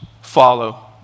follow